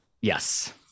yes